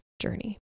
journey